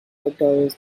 robert